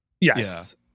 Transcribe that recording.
yes